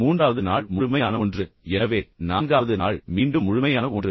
மூன்றாவது நாள் முழுமையான ஒன்று எனவே நான்காவது நாள் மீண்டும் முழுமையான ஒன்று